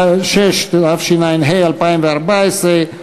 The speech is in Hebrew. התשע"ה 2014,